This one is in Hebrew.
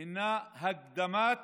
הם הקדמת